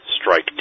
strike